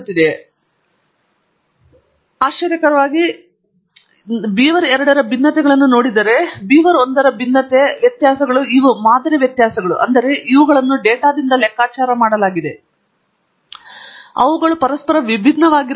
ಈಗ ಅದು ಗಾಸಿಯನ್ ನಂತೆ ಕಾಣುತ್ತಿಲ್ಲ ನಾನು ಇನ್ನೂ ಹತ್ತಿರವಾಗಿಲ್ಲ ಆದರೆ ಆಶ್ಚರ್ಯಕರವಾಗಿ ನಾವು ನೋಡಬಹುದಾದ ವ್ಯತ್ಯಾಸವೆಂದರೆ ನಾನು ಬೀವರ್ 2 ರ ಭಿನ್ನತೆಗಳನ್ನು ನೋಡಿದರೆ ಬೀವರ್ 1 ನ ಭಿನ್ನತೆ ವ್ಯತ್ಯಾಸಗಳು ಇವು ಮಾದರಿ ವ್ಯತ್ಯಾಸಗಳು ಅಂದರೆ ಇವುಗಳನ್ನು ಡೇಟಾದಿಂದ ಲೆಕ್ಕಾಚಾರ ಮಾಡಲಾಗಿದೆ ಅವುಗಳು ಪರಸ್ಪರ ಭಿನ್ನವಾಗಿರುತ್ತವೆ